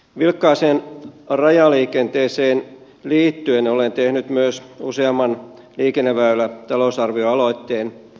vilkkaaseen rajaliikenteeseen liittyen olen tehnyt myös useamman liikenneväylätalousarvioaloitteen